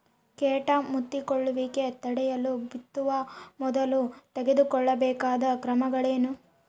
ಕೇಟ ಮುತ್ತಿಕೊಳ್ಳುವಿಕೆ ತಡೆಯಲು ಬಿತ್ತುವ ಮೊದಲು ತೆಗೆದುಕೊಳ್ಳಬೇಕಾದ ಕ್ರಮಗಳೇನು?